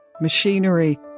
machinery